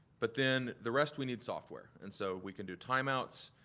but then the rest we need software, and so we can do time outs,